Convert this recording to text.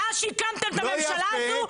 מאז שהקמתם את הממשלה הזאת,